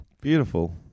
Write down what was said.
Beautiful